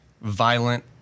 violent